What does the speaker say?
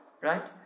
right